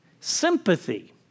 sympathy